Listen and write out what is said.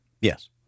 Yes